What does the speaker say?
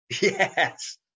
Yes